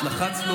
את לחצת,